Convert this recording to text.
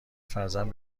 فرزند